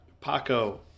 Paco